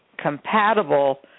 compatible